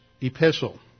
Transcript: epistle